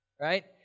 Right